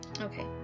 Okay